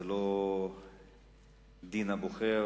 זה לא דין הבוחר